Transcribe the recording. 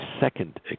second